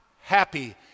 happy